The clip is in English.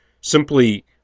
simply